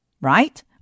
Right